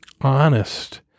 honest